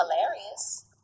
hilarious